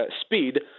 speed